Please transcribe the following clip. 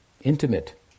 intimate